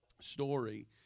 story